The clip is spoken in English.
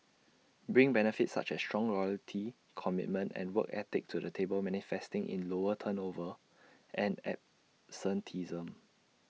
bring benefits such as strong loyalty commitment and work ethic to the table manifesting in lower turnover and absenteeism